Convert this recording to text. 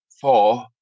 four